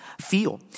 feel